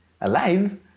alive